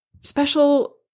special